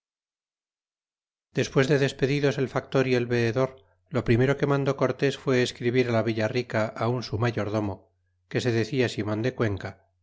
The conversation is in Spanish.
despues de despedidos el factor y el veedor lo primero que mandó cortés fué escribir la villa rica un su mayordomo que se decia simon de cuenca